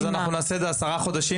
אז אנחנו נעשה את זה עשרה חודשים,